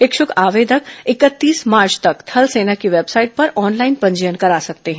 इच्छुक आवेदक इकतीस मार्च तक थल सेना की वेबसाइट पर ऑनलाइन पंजीयन करा सकते हैं